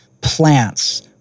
plants